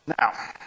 Now